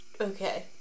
Okay